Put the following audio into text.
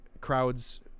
crowds